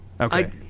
Okay